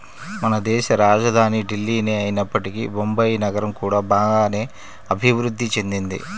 మనదేశ రాజధాని ఢిల్లీనే అయినప్పటికీ బొంబాయి నగరం కూడా బాగానే అభిరుద్ధి చెందింది